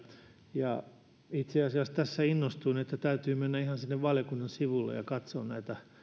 ja itse asiassa tässä innostuin että täytyy mennä ihan sinne valiokunnan sivuille ja katsoa näitä